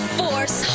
force